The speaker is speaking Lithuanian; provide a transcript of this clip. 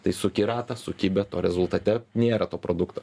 tai suki ratą suki bet o rezultate nėra to produkto